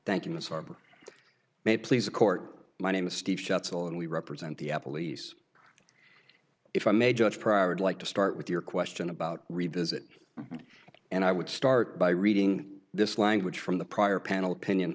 thank you miss arbor may please the court my name is steve shots and we represent the police if i may judge private like to start with your question about revisit and i would start by reading this language from the prior panel opinion